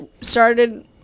started